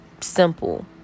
simple